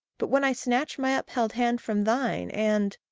but when i snatch my upheld hand from thine, and,